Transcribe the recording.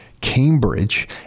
Cambridge